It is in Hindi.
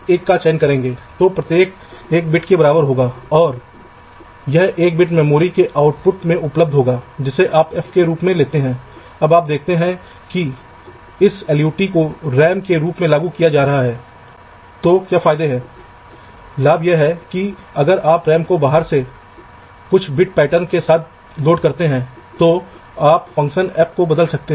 इसलिए आवश्यक होने पर ग्राउंड नेट के लिए आप ली के एल्गोरिथ्म का उपयोग कर सकते हैं यदि आप इसे एक पथ की गारंटी देंगे यदि यह उपलब्ध हैं